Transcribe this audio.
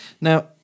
Now